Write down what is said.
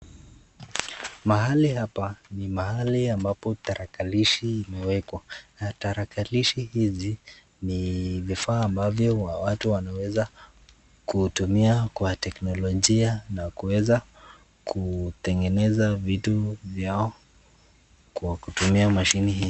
Mahali hapa ni mahali ambapo tarakilishi imewekwa na tarakilishi hizi ni vifaa ambavyo watu wanaweza kutumia kwa teknologia na kuweza kutengeneza vitu vyao kwa kutumia mashini hii.